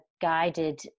guided